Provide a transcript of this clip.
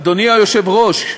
אדוני היושב-ראש,